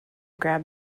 grab